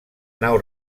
nau